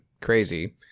crazy